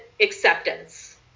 acceptance